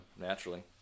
naturally